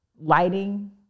lighting